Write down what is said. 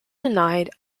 denied